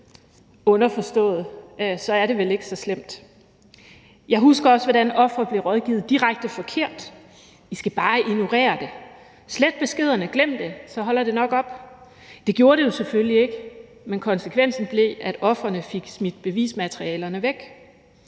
underforstået at så er det vel ikke så slemt. Jeg husker også, hvordan ofre blev rådgivet direkte forkert: I skal bare ignorere det – slet beskederne, glem det, så holder det nok op. Det gjorde det jo selvfølgelig ikke, men konsekvensen blev, at ofrene fik smidt bevismaterialet væk.